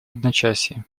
одночасье